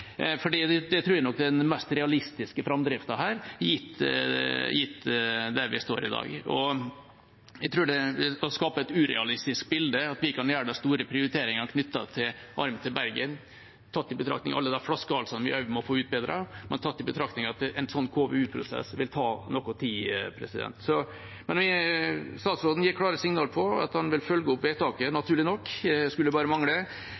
den mest realistiske framdriften, gitt hvor vi står i dag. Noe annet tror jeg bare skaper et urealistisk bilde av at vi kan gjøre de store prioriteringene knyttet til armen til Bergen i førstkommende NTP, tatt i betraktning alle de flaskehalsene vi også må få utbedret, og det at en sånn KVU-prosess vil ta noe tid. Men statsråden gir klare signaler om at han vil følge opp vedtaket, naturlig nok – det skulle bare mangle